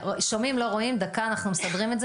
עם דרכים סופר מסוכנות,